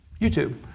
YouTube